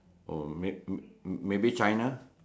or may maybe China